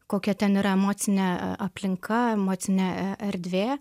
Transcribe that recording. kokia ten yra emocinė aplinka emocinė erdvė